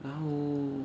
然后